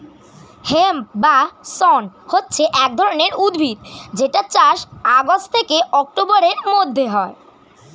hemp বা শণ হচ্ছে এক ধরণের উদ্ভিদ যেটার চাষ আগস্ট থেকে অক্টোবরের মধ্যে হয়